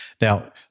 Now